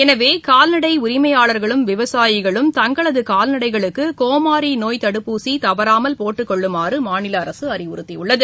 எனவே கால்நடைஉரிமையாளர்களும் விவசாயிகளும் தங்களதுகால்நடைகளுக்குணோமாரிநோய் தடுப்பூசிதவறாமல் போட்டுக் கொள்ளுமாறுமாநிலஅரசுஅறிவுறுத்தியுள்ளது